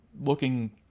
looking